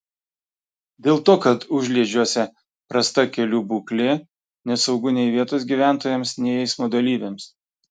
dėl to kad užliedžiuose prasta kelių būklė nesaugu nei vietos gyventojams nei eismo dalyviams